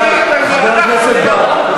די, חבר הכנסת בר.